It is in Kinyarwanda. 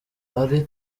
ari